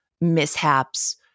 mishaps